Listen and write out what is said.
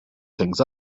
things